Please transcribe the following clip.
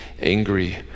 angry